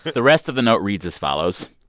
the rest of the note reads as follows,